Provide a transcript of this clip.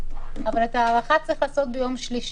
אבל את ההארכה צריך לעשות ביום שלישי.